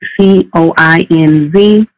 C-O-I-N-Z